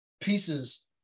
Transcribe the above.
pieces